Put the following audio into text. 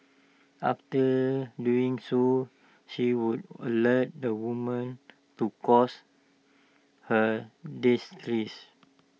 after doing so she would alert the woman to cause her distress